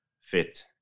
fit